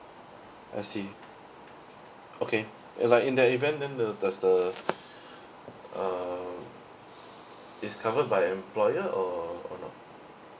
I see okay like in the event then the there's the uh is covered by employer or or no